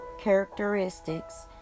characteristics